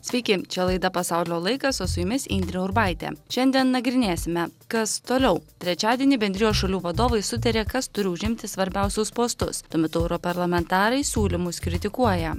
sveiki čia laida pasaulio laikas o su jumis indrė urbaitė šiandien nagrinėsime kas toliau trečiadienį bendrijos šalių vadovai sutarė kas turi užimti svarbiausius postus tuo metu europarlamentarai siūlymus kritikuoja